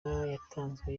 yatanzwe